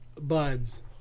Buds